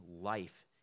life